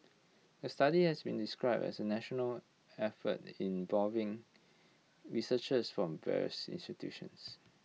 the study has been described as A national effort involving researchers from various institutions